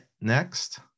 next